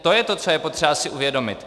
To je to, co je potřeba si uvědomit.